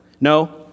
No